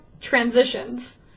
transitions